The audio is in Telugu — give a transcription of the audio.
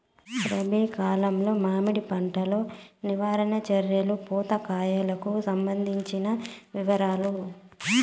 రబి కాలంలో మామిడి పంట లో నివారణ చర్యలు పూత కాయలకు సంబంధించిన వివరాలు?